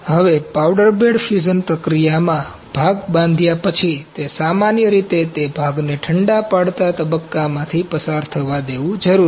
હવે powder bed fusion પ્રક્રિયામાં ભાગ બાંધ્યા પછી તે સામાન્ય રીતે તે ભાગને ઠંડા પડતા તબક્કામાંથી પસાર થવા દેવું જરૂરી છે